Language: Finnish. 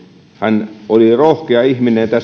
hän oli rohkea ihminen